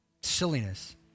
silliness